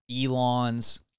Elon's